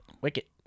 Wicket